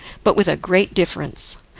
but with a great difference.